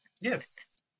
Yes